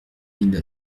mille